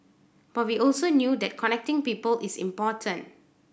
but we also knew that connecting people is important